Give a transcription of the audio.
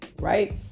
right